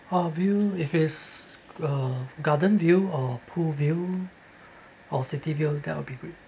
uh view if it's uh garden view or pool view or city view that will be great